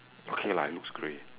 okay lah it looks grey